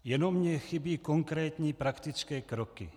Jenom mi chybí konkrétní praktické kroky.